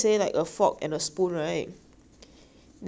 then you press it down the same amount of force right